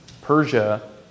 Persia